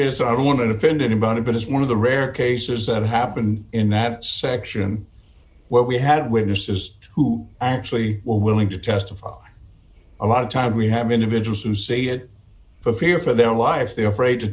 this i don't want to offend anybody but it's one of the rare cases that happened in that section where we had witnesses who actually were willing to testify a lot of times we have individuals who say it for fear for their lives they're afraid to